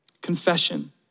Confession